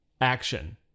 Action